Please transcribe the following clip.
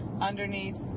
underneath